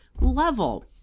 level